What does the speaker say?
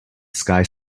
sky